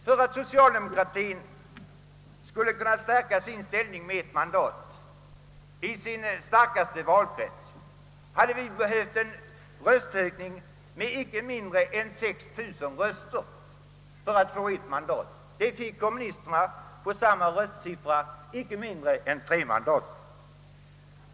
För att vi socialdemokrater skulle ha kunnat stärka vår ställning med ett mandat i vår starkaste valkrets hade vi behövt en röstökning med inte mindre än 6 000 röster. På samma röstsiffra fick kommunisterna hela tre mandat.